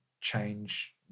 change